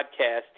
podcast